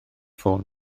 ffôn